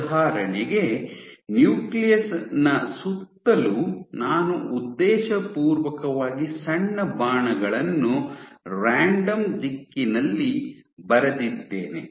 ಉದಾಹರಣೆಗೆ ನ್ಯೂಕ್ಲಿಯಸ್ ನ ಸುತ್ತಲೂ ನಾನು ಉದ್ದೇಶಪೂರ್ವಕವಾಗಿ ಸಣ್ಣ ಬಾಣಗಳನ್ನು ರಾಂಡಮ್ ದಿಕ್ಕಿನಲ್ಲಿ ಬರೆದಿದ್ದೇನೆ